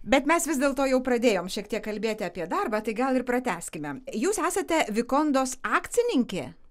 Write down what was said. bet mes vis dėlto jau pradėjom šiek tiek kalbėti apie darbą tai gal ir pratęskime jūs esate vikondos akcininkė